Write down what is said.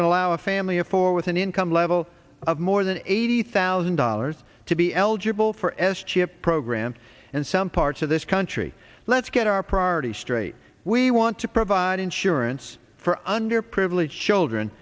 would allow a family of four with an income level of more than eighty thousand dollars to be eligible for s chip program and some parts of this country let's get our priorities straight we want to provide insurance for underprivileged children